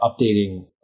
updating